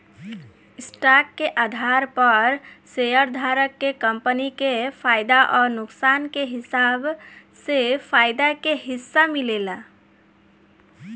stock के आधार पर शेयरधारक के कंपनी के फायदा अउर नुकसान के हिसाब से फायदा के हिस्सा मिलेला